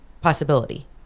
possibility